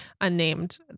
unnamed